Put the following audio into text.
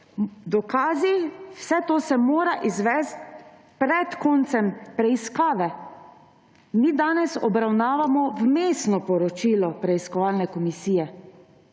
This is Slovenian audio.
dokazi, vse to se mora izvesti pred koncem preiskave. Mi danes obravnavamo vmesno poročilo preiskovalne komisije.